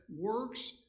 works